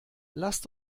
lasst